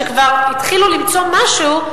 שכבר התחילו למצוא משהו,